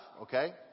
Okay